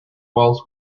walls